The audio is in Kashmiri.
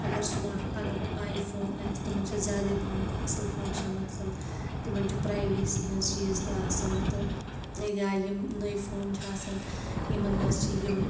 اَگَر سماٹ فو اَگَر نہٕ آے فون آسہِ تِمَن چھِ زیادے پَہم اصٕل فَنٛکشَن آسان تِمَن چھُ پرٛیویسی ہٕنٛز چیٖز تہِ آسان تہٕ یا یِم نٔے فون چھِ آسان یِمَن مَنٛز چھِ یِم